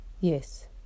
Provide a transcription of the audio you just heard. Yes